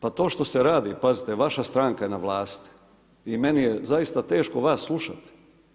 Pa to što se radi pazite, vaša stranka je na vlasti i meni je zaista teško vaš slušate.